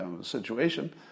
situation